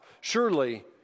Surely